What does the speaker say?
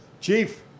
Chief